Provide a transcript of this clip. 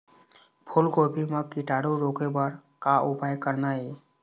फूलगोभी म कीटाणु रोके बर का उपाय करना ये?